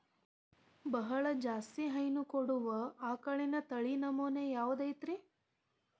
ಬಹಳ ಜಾಸ್ತಿ ಹೈನು ಕೊಡುವ ಆಕಳಿನ ತಳಿ ನಮೂನೆ ಯಾವ್ದ ಐತ್ರಿ?